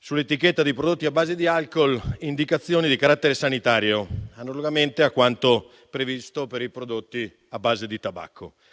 sull'etichetta dei prodotti a base di alcol, indicazioni di carattere sanitario, analogamente a quanto previsto per i prodotti a base di tabacco.